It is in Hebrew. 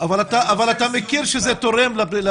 אני רוצה לסיום משפט --- אבל אתה מכיר בזה שזה תורם לבטיחות?